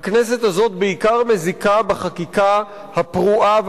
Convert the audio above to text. משרד הפנים לא יקבע החלטות עקרוניות,